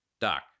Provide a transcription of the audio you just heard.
Doc